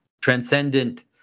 transcendent